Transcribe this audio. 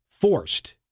Forced